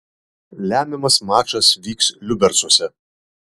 lemiamas mačas vyks liubercuose